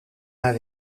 haar